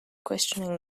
questioning